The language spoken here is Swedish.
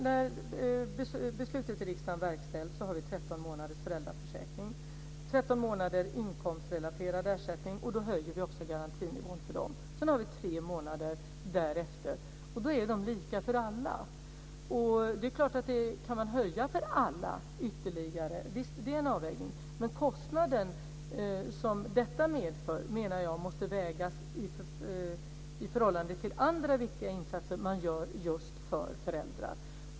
När beslutet i riksdagen verkställs har vi 13 månaders föräldraförsäkring, dvs. 13 månaders inkomstrelaterad ersättning. Vi höjer också garantinivån för dem. Sedan har vi tre månader därefter, och de är lika för alla. Det är klart att det är en avvägning om man kan höja ytterligare för alla, men jag menar att den kostnad som detta medför måste vägas i förhållande till andra viktiga insatser man gör just för föräldrar.